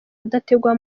adategwa